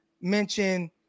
mention